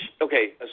okay